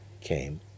came